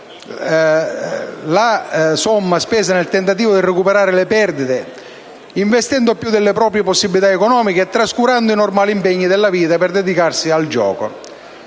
la somma spesa nel tentativo di recuperare le perdite, investendo più delle proprie possibilità economiche e trascurando i normali impegni della vita per dedicarsi al gioco;